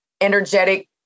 energetic